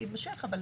זה